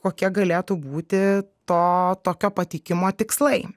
kokie galėtų būti to tokio pateikimo tikslai